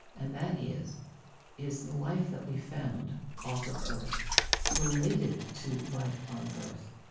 and that is is the life that we found off of earth related to life on earth?